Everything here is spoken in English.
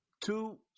Two